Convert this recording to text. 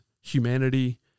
humanity